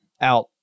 out